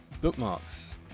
bookmarks